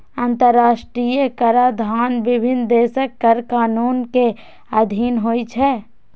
अंतरराष्ट्रीय कराधान विभिन्न देशक कर कानून के अधीन होइ छै